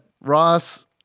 Ross